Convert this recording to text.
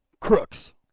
crooks